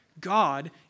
God